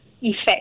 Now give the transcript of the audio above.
effect